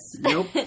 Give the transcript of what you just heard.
Nope